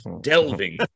delving